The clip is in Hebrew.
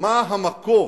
מה הסיבה